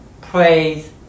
Praise